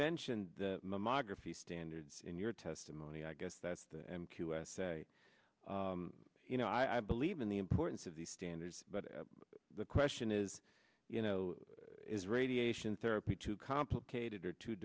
mentioned the mammography standards in your testimony i guess that's the usa you know i believe in the importance of these standards but the question is you know is radiation therapy too complicated or too